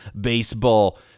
baseball